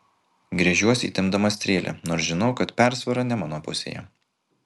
gręžiuosi įtempdama strėlę nors žinau kad persvara ne mano pusėje